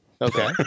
Okay